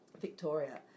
Victoria